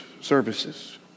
services